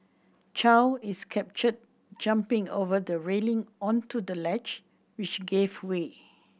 Chow is captured jumping over the railing onto the ledge which gave way